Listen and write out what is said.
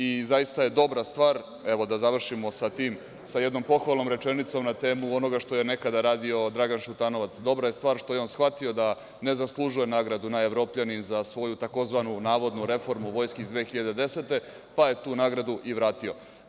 I zaista je dobra stvar, evo da završimo sa tim, sa jednom pohvalnom rečenicom na temu onoga što je nekada radio Dragan Šutanovac, dobra je stvar što je on shvatio da ne zaslužuje nagradu „Najevropljanin“ za svoju tzv. navodnu reformu vojske iz 2010. godine, pa je tu nagradu i vratio.